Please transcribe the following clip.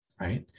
right